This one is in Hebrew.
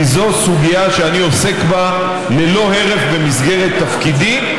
כי זו סוגיה שאני עוסק בה ללא הרף במסגרת תפקידי,